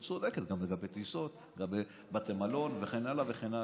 את צודקת גם לגבי טיסות וגם לגבי בתי מלון וכן הלאה וכן הלאה.